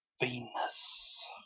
Venus